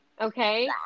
okay